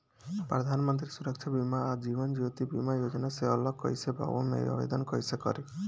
प्रधानमंत्री सुरक्षा बीमा आ जीवन ज्योति बीमा योजना से अलग कईसे बा ओमे आवदेन कईसे करी?